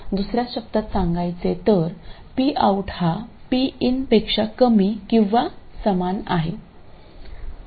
दुसर्या शब्दांत सांगायचे तर Pout हा Pin पेक्षा कमी किंवा समान आहे